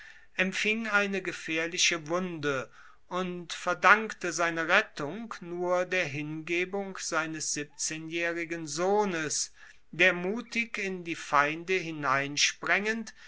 empfing eine gefaehrliche wunde und verdankte seine rettung nur der hingebung seines siebzehnjaehrigen sohnes der mutig in die feinde